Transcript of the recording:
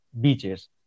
Beaches